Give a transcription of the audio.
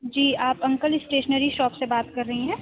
جی آپ uncle stationery shop سے بات کر رہی ہیں